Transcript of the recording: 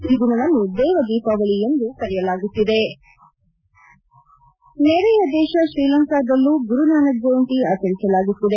ಈ ದಿನವನ್ನು ದೇವ ದೀಪಾವಳಿ ಎಂದೂ ಕರೆಯಲಾಗುತ್ತದೆ ನೆರೆಯ ದೇಶ ಶ್ರೀಲಂಕಾದಲ್ಲಿಯೂ ಗುರು ನಾನಕ್ ಜಯಂತಿ ಆಚರಿಸಲಾಗಿದೆ